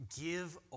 give